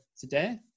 today